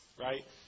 right